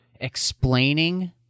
explaining